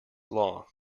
law